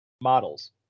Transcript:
models